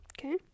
Okay